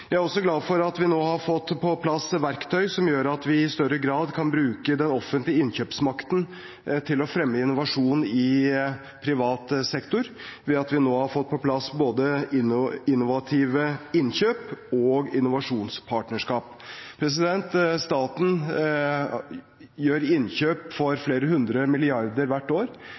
Jeg er også glad for at vi nå har fått på plass verktøy som gjør at vi i større grad kan bruke den offentlige innkjøpsmakten til å fremme innovasjon i privat sektor, ved at vi nå har fått på plass både innovative innkjøp og innovasjonspartnerskap. Staten gjør innkjøp for flere hundre milliarder hvert år.